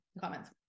comments